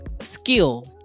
skill